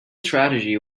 strategy